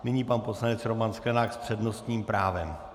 Nyní pan poslanec Roman Sklenák s přednostním právem.